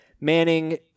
Manning